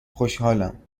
خوشحالم